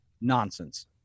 nonsense